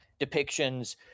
depictions